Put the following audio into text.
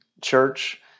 church